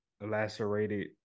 lacerated